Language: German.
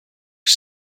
ist